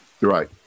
Right